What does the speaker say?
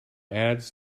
ads